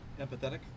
Empathetic